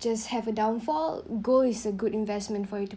just have a downfall gold is a good investment for you to